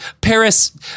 Paris